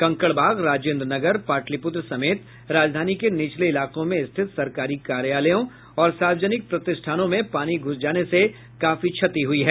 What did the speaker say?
कंकड़बाग राजेन्द्र नगर पाटिलपुत्र समेत राजधानी के निचले इलाकों में स्थित सरकारी कार्यालयों और सार्वजनिक प्रतिष्ठानों में पानी घूस जाने से काफी क्षति हुई है